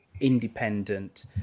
independent